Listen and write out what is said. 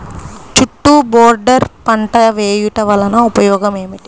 చుట్టూ బోర్డర్ పంట వేయుట వలన ఉపయోగం ఏమిటి?